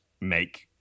make